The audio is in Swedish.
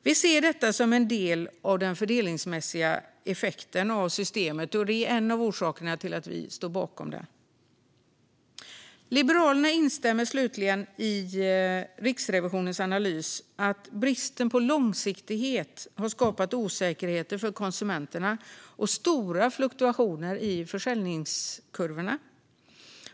Vi ser detta som en del av den fördelningsmässiga effekten av systemet, och det är en av orsakerna till att vi står bakom det. Liberalerna instämmer slutligen i Riksrevisionens analys att bristen på långsiktighet har skapat osäkerhet för konsumenterna och stora fluktuationer i försäljningskurvorna.